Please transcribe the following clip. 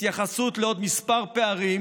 התייחסות לעוד כמה פערים,